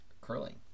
Curling